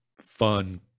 fun